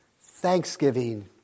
thanksgiving